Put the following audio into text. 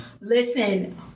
Listen